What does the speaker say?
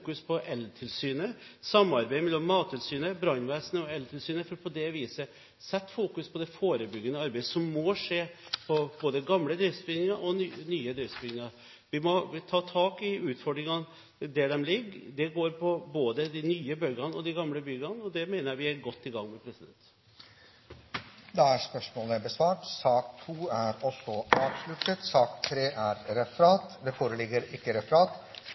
på eltilsynet, samarbeid mellom Mattilsynet, brannvesenet og eltilsynet for på det viset å sette fokus på det forebyggende arbeidet som må skje på både gamle og nye driftsbygninger. Vi må ta tak i utfordringene der de ligger. Det går på både de nye og de gamle byggene, og det mener jeg vi er godt i gang med. Da er sak nr. 2 ferdigbehandlet. Det foreligger ikke referat. Dermed er